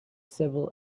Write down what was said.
civil